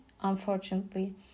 Unfortunately